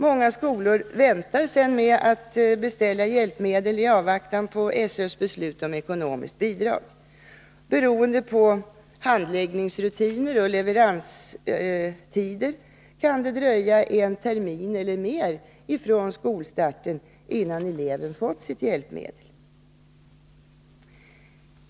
Många skolor väntar sedan med att beställa hjälpmedel i avvaktan på skolöverstyrelsens beslut om ekonomiskt bidrag. Beroende på handläggningsrutiner och leveranstider kan det dröja en termin eller mer från skolstarten innan eleven fått sitt hjälpmedel.